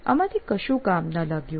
આમાંથી કશું કામ ના લાગ્યું